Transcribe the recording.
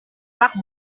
rak